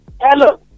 Hello